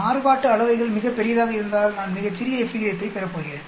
மாறுபாட்டு அளவைகள் மிகப் பெரியதாக இருந்தால் நான் மிகச் சிறிய f விகிதத்தைப் பெறப் போகிறேன்